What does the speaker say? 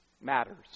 matters